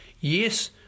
yes